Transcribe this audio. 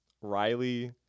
Riley